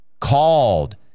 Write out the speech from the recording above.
called